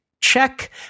check